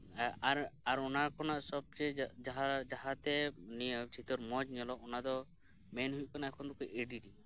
ᱟᱨ ᱟᱨ ᱚᱱᱟᱠᱷᱚᱱᱟᱜ ᱥᱚᱵᱪᱮᱭᱮ ᱡᱟᱦᱟᱸ ᱡᱟᱦᱟᱸᱛᱮ ᱱᱤᱭᱟᱹ ᱪᱤᱛᱟᱹᱨ ᱢᱚᱸᱡᱽ ᱧᱮᱞᱚᱜ ᱚᱱᱟᱫᱚ ᱢᱮᱱ ᱦᱩᱭᱩᱜ ᱠᱟᱱᱟ ᱮᱰᱤᱴᱤᱝ